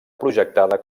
projectada